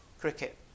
Cricket